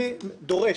אני אומר: